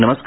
नमस्कार